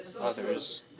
others